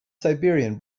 siberian